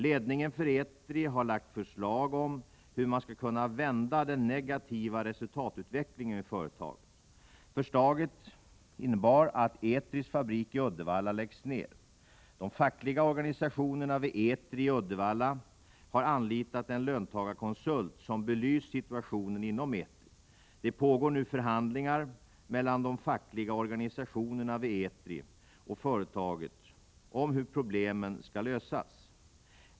Ledningen för Etri har lagt fram förslag om hur man skall kunna vända den negativa resultatutvecklingen vid företaget. Förslaget innebär att Etris fabrik i Uddevalla läggs ned. De fackliga organisationerna vid Etri i Uddevalla har anlitat en löntagarkonsult, som belyst situationen inom Etri. Det pågår nu förhandlingar mellan de fackliga organisationerna vid Etri och företaget om hur problemen skall lösas.